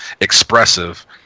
expressive